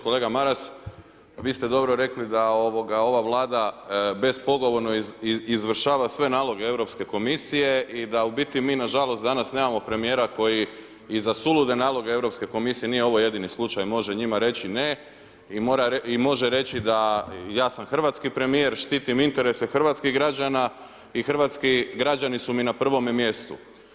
Kolega Maras, vi ste dobro rekli da ova Vlada bez pogovorno izvršava sve naloge Europske komisije i da u biti mi nažalost danas nemamo premijera koji iza sulude naloge Europske komisije, nije ovo jedini slučaj, može njima reći ne i može reći da ja sam hrvatski premijer štitim interese hrvatskih građana i hrvatski građani su mi na prvome mjestu.